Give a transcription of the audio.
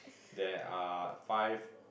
there are five